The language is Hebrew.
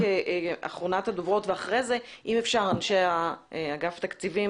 אחרונת הדוברים ואחר כך אנשי אגף תקציבים